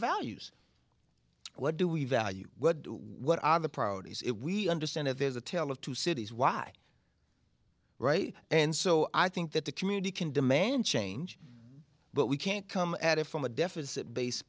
values what do we value what do what are the priorities if we understand if there's a tale of two cities why right and so i think that the community can demand change but we can't come at it from a deficit base